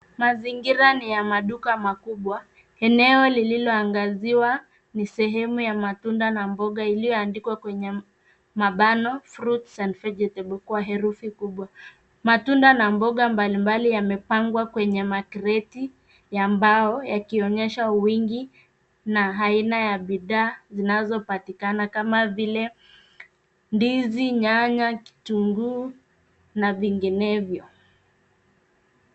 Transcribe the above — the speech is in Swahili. Mazingira ni ya maduka makubwa. Eneo lililoangaziwa ni sehemu ya matunda na mboga iliyoandikwa kwenye mabano, fruit and vegetables kwa herufi kubwa. Matunda na mboga mbalimbali yamepangwa kwenye makreti ya mbao, yakionyesha wingi na aina ya bidhaa zinazopatikana, kama vile ndizi, nyanya, kitunguu na vinginevyo.